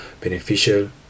beneficial